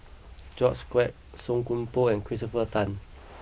George Quek Song Koon Poh and Christopher Tan